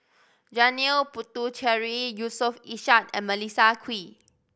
Janil Puthucheary Yusof Ishak and Melissa Kwee